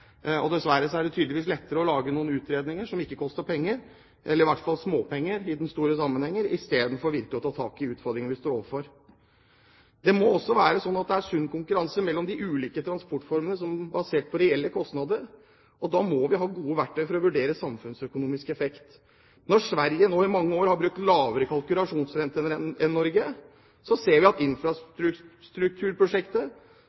Det er tydeligvis lettere å lage noen utredninger som ikke koster penger, eller i hvert fall småpenger i den store sammenhengen, i stedet for virkelig å ta tak i utfordringene vi står overfor. Det må også være sånn at det er sunn konkurranse mellom de ulike transportformene basert på reelle kostnader. Da må vi ha gode verktøy for å vurdere samfunnsøkonomisk effekt. Når Sverige nå i mange år har brukt lavere kalkulasjonsrente enn Norge, ser vi at